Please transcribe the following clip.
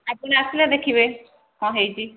ଆପଣ ଆସିଲେ ଦେଖିବେ କ'ଣ ହୋଇଛି